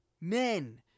men